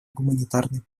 гуманитарной